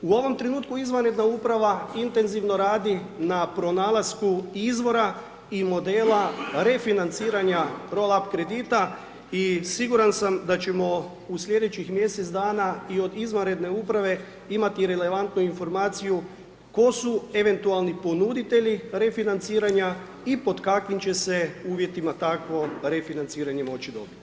U ovom trenutku izvanredna uprava intenzivno radi na pronalasku izvora i modela refinanciranja roll up kredita, i siguran sam da ćemo u sljedećih mjesec dana izvanredne uprave, imati relevantnu informaciju, tko su eventualni ponuditelji refinanciranja i pod kakvi će se uvjetima takvo refinanciranje moći dobiti.